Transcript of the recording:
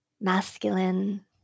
masculine